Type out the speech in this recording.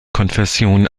konfession